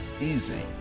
easy